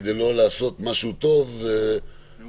כדי לא לעשות משהו טוב -- מאוזן.